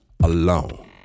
Alone